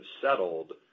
settled